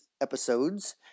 episodes